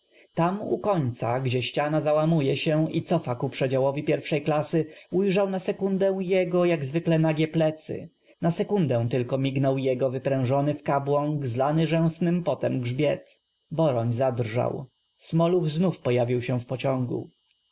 tam u końca gdzie ściana załam uje się i cofa ku przedziałow i pierwszej klasy ujrzał na sekundę j e g o jak zwykle nagie plecy na sekundę tylko m ignął j e g o w yprężony w kabłąk zlany rzęsnym potem grzbiet b oroń z a d rż a ł sm oluch znów pojaw ił zię w pociągu